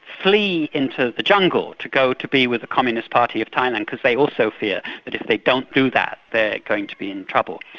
flee into the jungle to go to be with the communist party of thailand, because they also fear that if they don't do that, they're going to be in trouble.